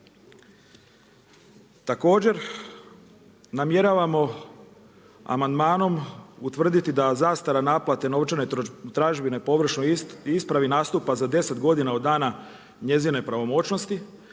Također namjeravamo amandmanom utvrditi da zastara naplate novčane tražbine po ovršnoj ispravi nastupa za deset godina od dana njezine pravomoćnosti,